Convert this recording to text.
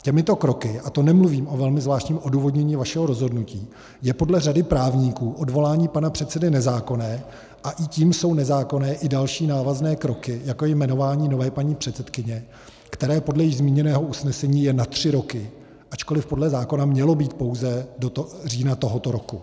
Těmito kroky a to nemluvím o velmi zvláštním odůvodnění vašeho rozhodnutí je podle řady právníků odvolání pana předsedy nezákonné, a i tím jsou nezákonné i další návazné kroky, jako je jmenování nové paní předsedkyně, které je podle již zmíněného usnesení jen na tři roky, ačkoliv podle zákona mělo být pouze do října tohoto roku.